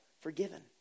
forgiven